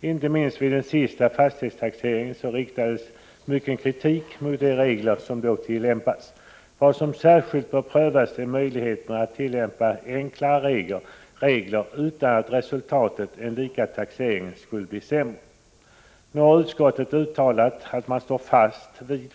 Inte minst vid den senaste fastighetstaxeringen riktades mycken kritik mot de regler som då tillämpades. Vad som särskilt bör prövas är möjligheterna att tillämpa enklare regler utan att resultatet — en lika taxering — blir sämre. Utskottet uttalar att man står fast vid